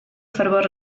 fervor